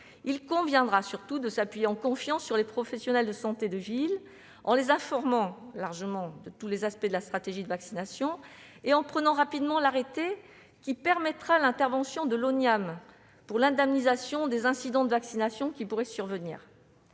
Il conviendra surtout de s'appuyer, en confiance, sur les professionnels de santé de ville, en les informant largement de tous les aspects de la stratégie de vaccination et en prenant rapidement l'arrêté qui permettra l'intervention de l'Office national d'indemnisation des accidents médicaux, l'Oniam, afin que